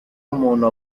umuntu